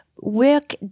work